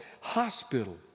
hospital